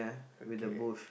okay